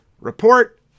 Report